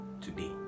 today